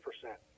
percent